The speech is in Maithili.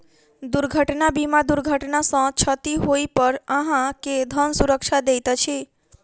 दुर्घटना बीमा दुर्घटना सॅ क्षति होइ पर अहाँ के धन सुरक्षा दैत अछि